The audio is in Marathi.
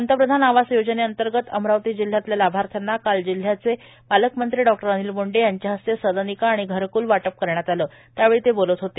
पंतप्रधान आवास योजनेअंतर्गत अमरावती जिल्हयातल्या लाभार्थ्यांना काल जिल्हयाचे पालकमंत्री डॉ अनिल बोंडे यांच्या हस्ते सदनिका आणि घरकल वाटप करण्यात आलं त्यावेळी ते बोलत होते